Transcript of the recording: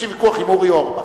יש לי ויכוח עם אורי אורבך.